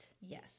Yes